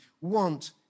want